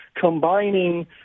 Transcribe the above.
combining